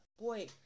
boy